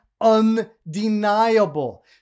undeniable